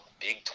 big